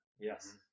yes